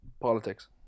politics